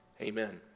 Amen